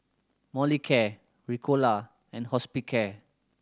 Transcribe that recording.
Molicare Ricola and Hospicare